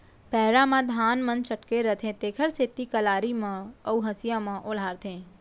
पैरा म धान मन चटके रथें तेकर सेती कलारी म अउ हँसिया म ओलहारथें